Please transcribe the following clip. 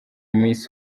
miss